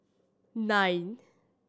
nine